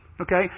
okay